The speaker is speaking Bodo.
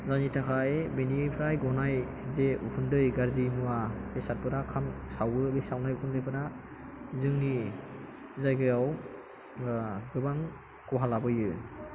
जायनि थाखाय बेनिफ्राय गनाय जे उखुन्दै गाज्रि मुवा बेसादफोरा खामो सावो बे सावनाय उखुन्दैफोरा जोंनि जायगायाव गोबां खहा लाबोयो